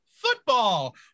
football